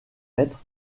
être